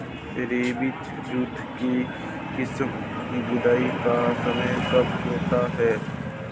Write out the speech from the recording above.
रेबती jute के किस्म की बुवाई का समय कब होता है?